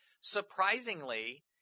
surprisingly